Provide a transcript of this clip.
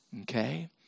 Okay